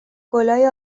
گـلای